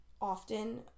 often